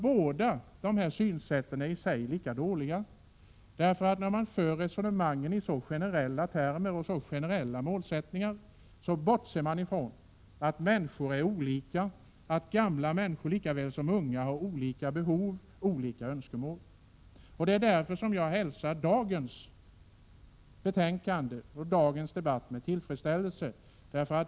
Båda de här synsätten är lika dåliga i sig. När man resonerar i så generella termer och om så generella målsättningar, bortser man ifrån att människor är olika och att gamla människor lika väl som unga har olika behov och olika önskemål. Därför hälsar jag dagens betänkande och dagens debatt med tillfredsställelse.